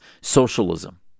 socialism